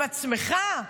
עם עצמך?